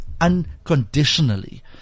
unconditionally